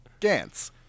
Gantz